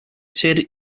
ser